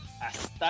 hasta